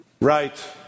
Right